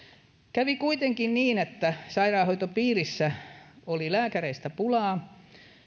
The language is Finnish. kävi kuitenkin niin että sairaanhoitopiirissä oli lääkäreistä pulaa